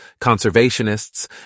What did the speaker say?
conservationists